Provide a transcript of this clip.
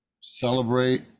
celebrate